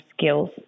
skills